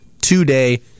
today